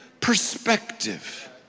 perspective